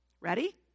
Ready